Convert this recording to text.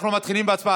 אנחנו מתחילים בהצבעה.